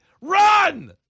Run